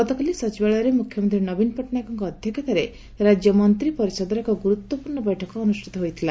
ଗତକାଲି ସଚିବାଳୟରେ ମୁଖ୍ୟମନ୍ତୀ ନବୀନ ପଟ୍ଟନାୟକଙ୍କ ଅଧ୍ଧକ୍ଷତାରେ ରାକ୍ୟ ମନ୍ତୀପରିଷଦର ଏକ ଗୁରୁତ୍ୱପୂର୍ଣ୍ ବୈଠକ ଅନୁଷିତ ହୋଇଥିଲା